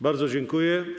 Bardzo dziękuję.